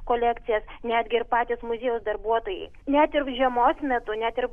kolekcijas netgi ir patys muziejaus darbuotojai net ir žiemos metu net ir